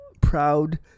proud